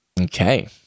Okay